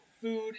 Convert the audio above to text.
food